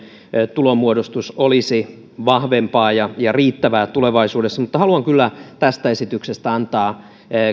tulonmuodostus olisi vahvempaa ja ja riittävää tulevaisuudessa mutta haluan kyllä tästä esityksestä antaa